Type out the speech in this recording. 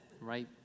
right